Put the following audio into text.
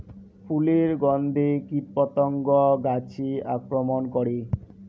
ফুলের গণ্ধে কীটপতঙ্গ গাছে আক্রমণ করে?